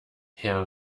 herr